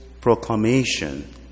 proclamation